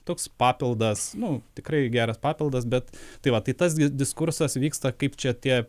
toks papildas nu tikrai geras papildas bet tai va tai tas diskursas vyksta kaip čia tie